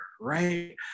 right